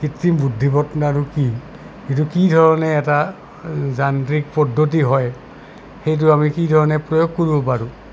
কৃত্ৰিম বুদ্ধিমত্তানো কি এইটো কি ধৰণে এটা যান্ত্ৰিক পদ্ধতি হয় সেইটো আমি কি ধৰণে প্ৰয়োগ কৰিব পাৰোঁ